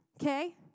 okay